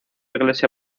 iglesia